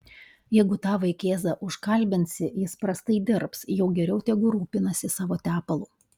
jeigu tą vaikėzą užkalbinsi jis prastai dirbs jau geriau tegu rūpinasi savo tepalu